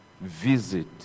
visit